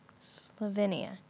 Slovenia